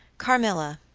carmilla,